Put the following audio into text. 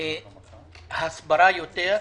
הסברה יותר,